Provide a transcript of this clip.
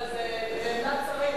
אבל זה בעמדת שרים.